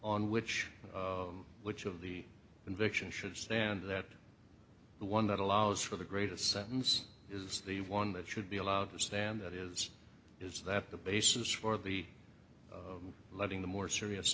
on which which of the convictions should stand that the one that allows for the greatest sentence is the one that should be allowed to stand that is is that the basis for letting the more serious